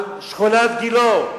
על שכונת גילה.